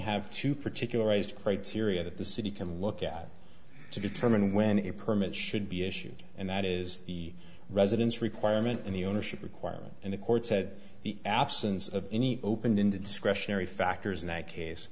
have to particularized criteria that the city can look at to determine when a permit should be issued and that is the residence requirement in the ownership requirement and the court said the absence of any open into discretionary factors in that case